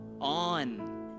on